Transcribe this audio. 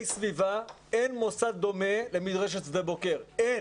אין מוסד דומה למדרשת שדה בוקר, אין.